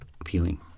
appealing